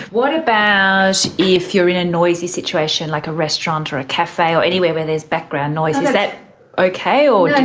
what about if you are in a noisy situation like a restaurant or a cafe or anywhere where there is background noise, is that okay? no, and